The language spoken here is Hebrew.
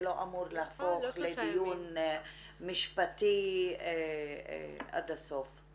זה לא אמור להפוך לדיון משפטי עד הסוף.